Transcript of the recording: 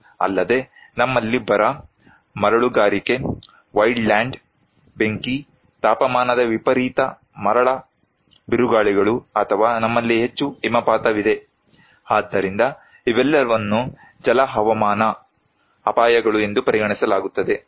ಅಲ್ಲದೆ ನಮ್ಮಲ್ಲಿ ಬರ ಮರಳುಗಾರಿಕೆ ವೈಲ್ಡ್ ಲ್ಯಾಂಡ್ ಬೆಂಕಿ ತಾಪಮಾನದ ವಿಪರೀತ ಮರಳ ಬಿರುಗಾಳಿಗಳು ಅಥವಾ ನಮ್ಮಲ್ಲಿ ಹೆಚ್ಚು ಹಿಮಪಾತವಿದೆ ಆದ್ದರಿಂದ ಇವೆಲ್ಲವನ್ನೂ ಜಲ ಹವಾಮಾನ ಅಪಾಯಗಳು ಎಂದು ಪರಿಗಣಿಸಲಾಗುತ್ತದೆ